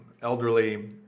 elderly